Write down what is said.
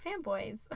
Fanboys